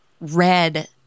red